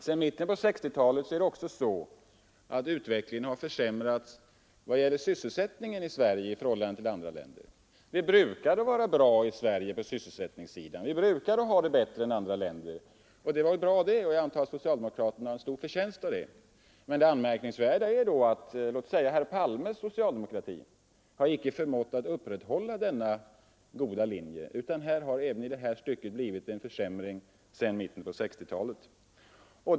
Sedan mitten av 1960-talet har utvecklingen försämrats vad gäller sysselsättningen i Sverige i förhållande till andra länder. Det brukade vara bra i Sverige på sysselsättningssidan. Vi brukade ha det bättre än andra länder. Det var väl bra det, och jag antar att socialdemokraterna har en stor del av förtjänsten för det. Men det anmärkningsvärda är då att herr 91 Palmes socialdemokrati inte har förmått uppehålla denna goda linje, utan även i detta stycke har det blivit en försämring sedan mitten av 1960-talet.